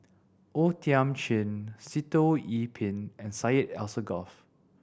O Thiam Chin Sitoh Yih Pin and Syed Alsagoff